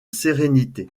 sérénité